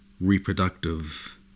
reproductive